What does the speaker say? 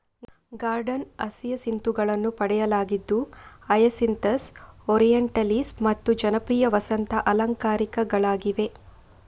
garden ಹಸಿಯಸಿಂತುಗಳನ್ನು ಪಡೆಯಲಾಗಿದ್ದು hyacinthus, orientalis ಮತ್ತು ಜನಪ್ರಿಯ ವಸಂತ ಅಲಂಕಾರಿಕಗಳಾಗಿವೆ